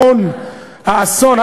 האסון, האסון.